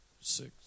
six